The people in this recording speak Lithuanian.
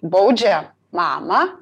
baudžia mamą